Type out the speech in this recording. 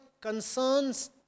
concerns